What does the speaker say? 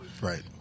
Right